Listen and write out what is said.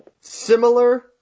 Similar